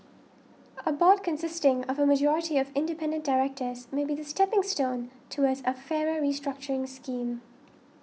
a board consisting of a majority of independent directors may be the stepping stone towards a fairer restructuring scheme